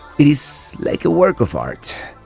it is like a work of art.